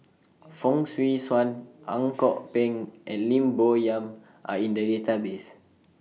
Fong Swee Suan Ang Kok Peng and Lim Bo Yam Are in The Database